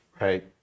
right